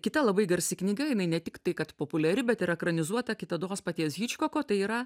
kita labai garsi knyga jinai ne tiktai kad populiari bet ir ekranizuota kitados paties hičkoko tai yra